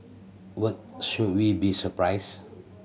what should we be surprised